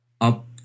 up